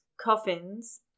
coffins